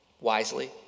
wisely